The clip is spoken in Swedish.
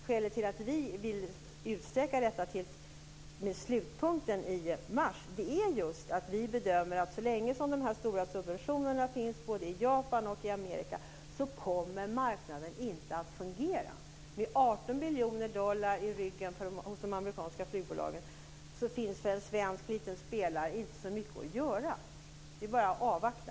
Skälet till att vi vill utsträcka slutpunkten till mars är just att vi bedömer att så länge de stora subventionerna finns både i Japan och i Amerika kommer marknaden inte att fungera. Med 18 biljoner dollar i ryggen hos de amerikanska flygbolagen finns det för en svensk liten spelare inte så mycket att göra. Det är bara att avvakta.